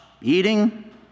eating